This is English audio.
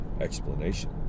explanation